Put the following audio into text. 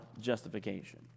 justification